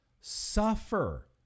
suffer